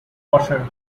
water